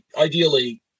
Ideally